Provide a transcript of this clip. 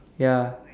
ya